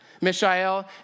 Mishael